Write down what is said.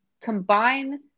combine